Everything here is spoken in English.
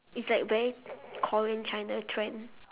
it's like very korean china trend